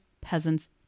peasants